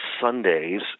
Sundays